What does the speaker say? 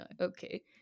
okay